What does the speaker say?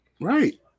Right